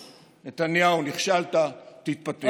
נתניהו, נכשלת, תתפטר.